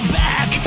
back